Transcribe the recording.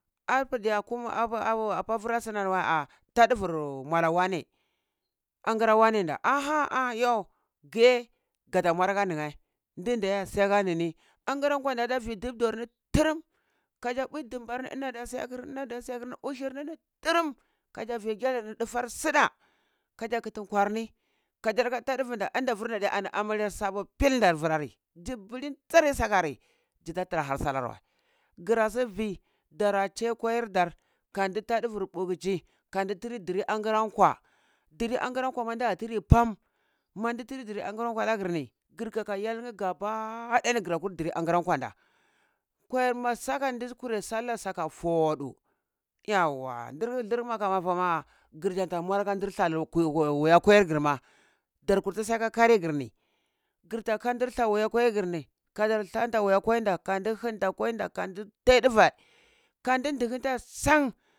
Arpu diya apa au vur siniwa ta duvur muala wane angra wanen da, aha a yo gye gata moarka ninye dindeye siyaka nini angra kwa dai vi dipdorni tirim kazja bui dimbarni inada siyakir inada siyakir uhirnini turim kazja vi gyalirni dufar suɗah kazja kiti kwarni ka zilika ta ɗuvunda anda vunda diye ani amarya sabo pilda vrari zu bilin tsirai sakari zita tira ahar salwai gra si vi dara chai koirdar kandi ta ɗuvur bukci kandi tiri diri angran kwa diri angram kwa ma da tiri pam mandi tiri diri angra kwa lagri ni gir ka ya l nye gaba daya gra kwa ɗiri angra kwanda koyar ma sakar di kurei salla saka foɗu yauwa durdirla ki fama girta mur akan nzir thakir wuya koyargirma darkurta siya kari girni girta kan di tha wuye koi girni gadar thante wuya koinda kandi hinta koinda kandi tay divei kandi dignta san